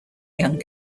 young